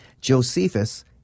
Josephus